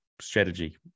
strategy